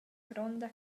gronda